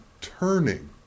turning